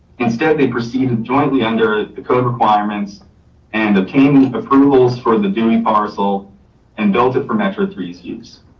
instead they proceeded jointly under the code requirements and obtain approvals for the doing parcel and built it from metro three skews.